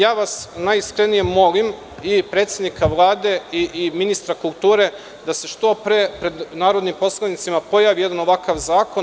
Ja vas najiskrenije molim, i predsednika Vlade i ministra kulture, da se što pre pred narodnim poslanicima pojavi jedan ovakav zakon.